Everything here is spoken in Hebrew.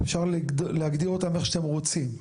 אפשר להגדיר אותם איך שאתם רוצים,